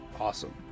Awesome